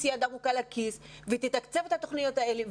יד עמוקה לכיס ותתקצב את התוכניות האלה,